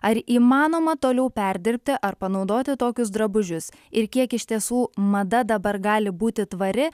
ar įmanoma toliau perdirbti ar panaudoti tokius drabužius ir kiek iš tiesų mada dabar gali būti tvari